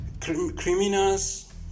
criminals